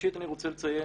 ראשית אני רוצה לציין